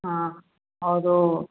हाँ और वह